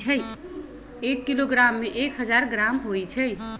एक किलोग्राम में एक हजार ग्राम होई छई